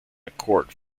mccord